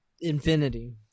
Infinity